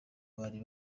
bari